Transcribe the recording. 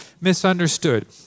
misunderstood